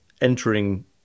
entering